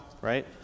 right